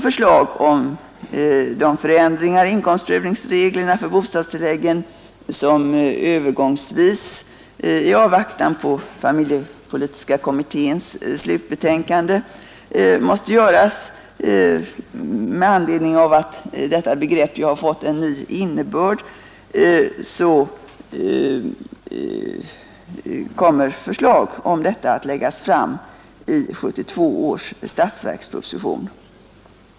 Förändringar av inkomstprövningsreglerna för bostadstilläggen måste göras övergångsvis i avvaktan på familjepolitiska kommitténs slutbetänkande. Med anledning av att begreppet beskattningsbar inkomst har fått en ny innebörd kommer sådana förslag att läggas fram i 1972 års statsverksproposition.